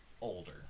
Older